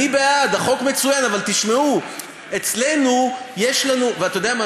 אני בעד, החוק מצוין, אבל תשמעו, אתה יודע מה?